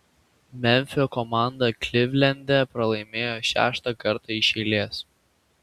memfio komanda klivlende pralaimėjo šeštą kartą iš eilės